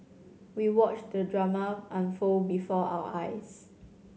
we watched the drama unfold before our eyes